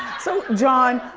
so john,